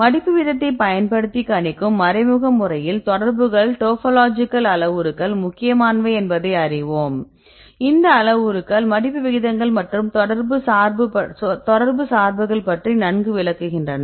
மடிப்பு வீதத்தைப் பயன்படுத்தி கணிக்கும் மறைமுக முறையில் தொடர்புகள் டோபோலாஜிக்கல் அளவுருக்கள் முக்கியமானவை என்பதை அறிவோம் இந்த அளவுருக்கள் மடிப்பு விகிதங்கள் மற்றும் தொடர்பு சார்புகள் பற்றி நன்கு விளக்குகின்றன